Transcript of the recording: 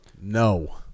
No